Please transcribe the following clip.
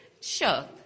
sure